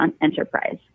enterprise